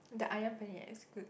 the Ayam Penyet is good